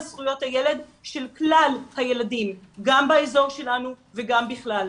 זכויות הילד של כלל הילדים גם באזור שלנו וגם בכלל,